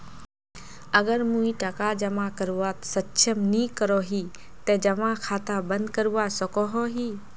अगर मुई टका जमा करवात सक्षम नी करोही ते जमा खाता बंद करवा सकोहो ही?